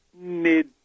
mid